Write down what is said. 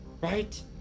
right